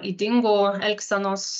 ydingų elgsenos